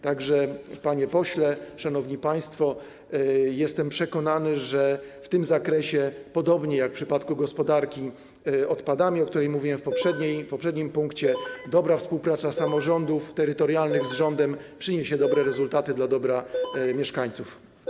Tak że, panie pośle, szanowni państwo, jestem przekonany, że w tym zakresie, podobnie jak w przypadku gospodarki odpadami, o której mówiłem w poprzednim punkcie, dobra współpraca samorządów terytorialnych z rządem przyniesie dobre rezultaty dla dobra mieszkańców.